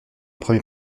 premier